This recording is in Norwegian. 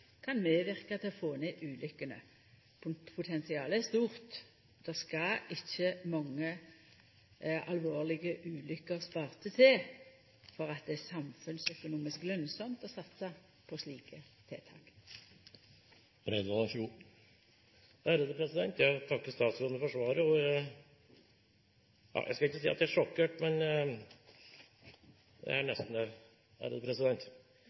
kan medverka til å få ned ulukkene. Potensialet er stort, det skal ikkje mange sparte alvorlege ulukker til for at det er samfunnsøkonomisk lønnsamt å satsa på slike tiltak. Jeg takker statsråden for svaret. Jeg skal ikke si at jeg er sjokkert, men